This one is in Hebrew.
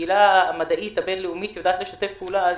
הקהילה המדעית הבין-לאומית יודעת לשתף פעולה,